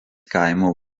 kaimo